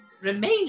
remain